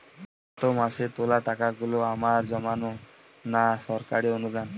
গত মাসের তোলা টাকাগুলো আমার জমানো না সরকারি অনুদান?